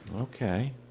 Okay